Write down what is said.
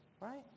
right